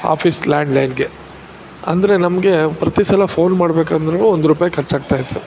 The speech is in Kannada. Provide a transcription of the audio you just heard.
ಆಫೀಸ್ ಲ್ಯಾಂಡ್ಲೈನಿಗೆ ಅಂದರೆ ನಮಗೆ ಪ್ರತಿಸಲ ಫೋನ್ ಮಾಡ್ಬೇಕಂದ್ರೂ ಒಂದು ರೂಪಾಯಿ ಖರ್ಚಾಗ್ತಾಯಿತ್ತು